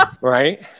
Right